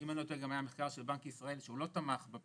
ואם אני לא טועה היה גם מחקר של בנק ישראל שלא תמך בפנסיית